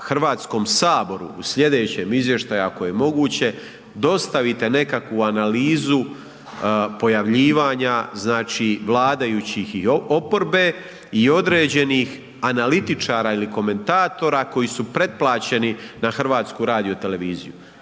Hrvatskom saboru u slijedećem izvještaju ako je moguće dostavite nekakvu analizu pojavljivanja, znači vladajućih i oporbe i određenih analitičara ili komentatora koji su pretplaćeni na HRT. Ja ne znam